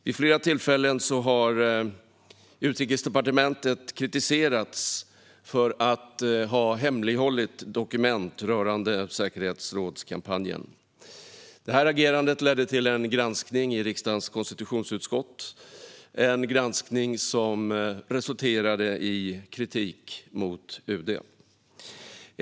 Vid flera tillfällen har Utrikesdepartementet kritiserats för att ha hemlighållit dokument rörande säkerhetsrådskampanjen. Detta agerande ledde till en granskning i riksdagens konstitutionsutskott, som resulterade i kritik mot UD.